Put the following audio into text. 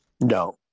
No